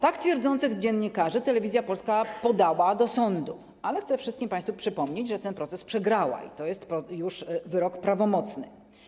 Tak twierdzących dziennikarzy Telewizja Polska podała do sądu, ale chcę wszystkim państwu przypomnieć, że ten proces przegrała, i to jest już wyrok prawomocny.